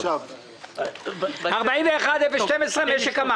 41-009 אושרה.